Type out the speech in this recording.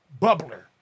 bubbler